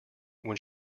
when